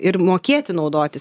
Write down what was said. ir mokėti naudotis